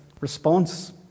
response